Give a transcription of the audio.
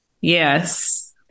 yes